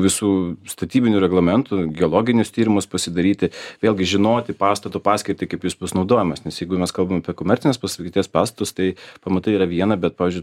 visų statybinių reglamentų geologinius tyrimus pasidaryti vėlgi žinoti pastato paskirtį kaip jis bus naudojamas nes jeigu mes kalbam apie komercinės paskirties pastatus tai pamatai yra viena bet pavyzdžiui